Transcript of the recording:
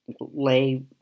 lay